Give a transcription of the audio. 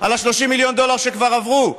על ה-30 מיליון דולר שכבר עברו.